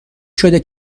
شده